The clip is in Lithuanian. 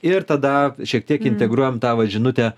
ir tada šiek tiek integruojam tą vat žinutę